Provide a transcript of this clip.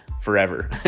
forever